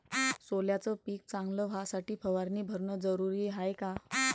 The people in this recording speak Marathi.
सोल्याचं पिक चांगलं व्हासाठी फवारणी भरनं जरुरी हाये का?